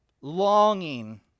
longing